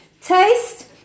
Taste